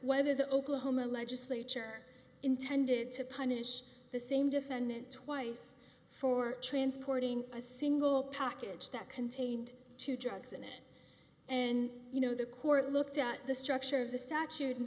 whether the oklahoma legislature intended to punish the same defendant twice for transporting a single package that contained two drugs in it and you know the court looked at the structure of the statute and